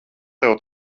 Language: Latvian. tev